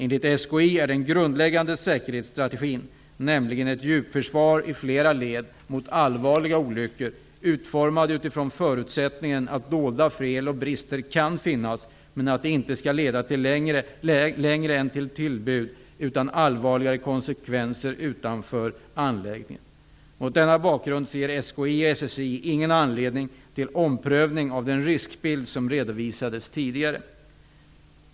Enligt SKI är den grundläggande säkerhetsstrategin -- nämligen ett djupförsvar i flera led mot allvarliga olyckor -- utformad utifrån förutsättningen att dolda fel och brister kan finnas, men att de inte skall leda längre än till tillbud utan allvarligare konsekvenser utanför anläggningen. Mot denna bakgrund ser SKI och SSI ingen anledning till omprövning av den riskbild som redovisades tidigare.